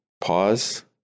pause